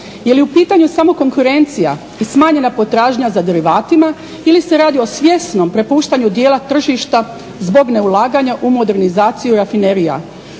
je li u pitanju samo konkurencija i smanjenja potražnja za derivatima ili se radi o svjesnom prepuštanju djela tržišta zbog neulaganja u modernizaciju rafinerija,